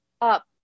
up